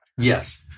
Yes